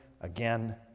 again